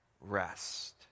rest